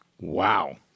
Wow